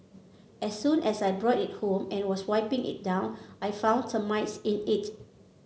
as soon as I brought it home and was wiping it down I found termites in it